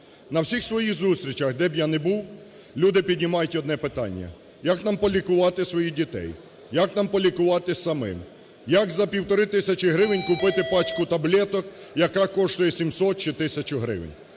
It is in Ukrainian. На всіх своїх зустрічах, де б я не був, люди піднімають одне питання: як нам полікувати свої дітей? Як нам полікуватись самим? Як за 1,5 тисячі гривень купити пачку таблеток, яка коштує 700 чи 1 тисячу гривень?